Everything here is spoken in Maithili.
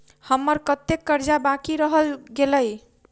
हम्मर कत्तेक कर्जा बाकी रहल गेलइ?